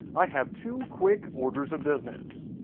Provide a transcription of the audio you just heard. i have two quick orders of business!